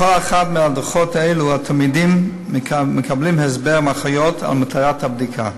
בכל אחת מההדרכות האלה התלמידים מקבלים הסבר מהאחיות על מטרת הבדיקה,